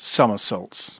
Somersaults